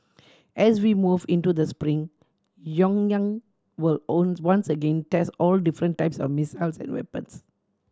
as we move into the spring Pyongyang will own once again test all different types of missiles and weapons